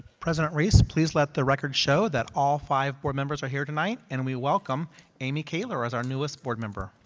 president reese, please let the record show that all five board members are here tonight. and an we welcome amy kaylor as our newest board member.